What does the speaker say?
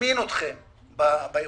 מזמין אתכם באירועים,